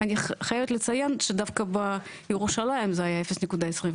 אני חייבת לציין שדווקא בירושלים זה היה 0.26,